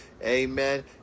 Amen